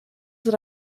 that